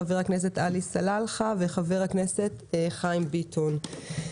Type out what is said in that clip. חבר הכנסת עלי סלאלחה וחבר הכנסת חיים ביטון.